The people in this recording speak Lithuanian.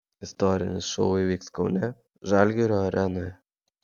istorinis šou įvyks kaune žalgirio arenoje